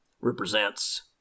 represents